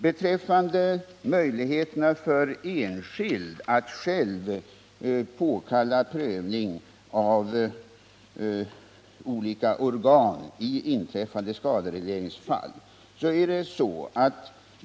Beträffande möjligheterna för den enskilde att själv påkalla prövning hos olika organ i inträffade skaderegleringsfall förhåller det sig på följande sätt.